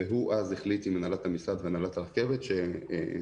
והוא החליט אז עם הנהלות המשרד והנהלת הרכבת שהפרויקט